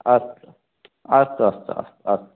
अस्तु अस्तु अस्तु अस्तु